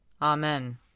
Amen